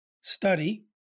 study